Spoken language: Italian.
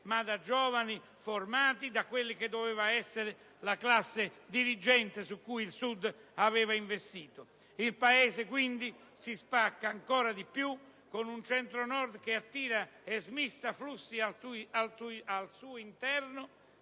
ma di giovani formati da quella che doveva essere la classe dirigente su cui il Sud aveva investito. Il Paese quindi si spacca ancora di più, con un Centro-Nord che attira e smista flussi al suo interno